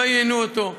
לא עניינו אותו.